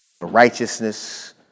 righteousness